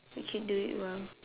we can do it well